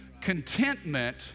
Contentment